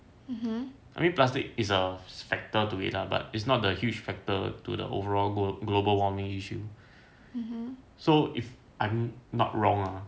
I mean plastic is a factor to it lah but it's not the huge factor to the overall global warming issue so if I'm not wrong ah